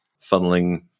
funneling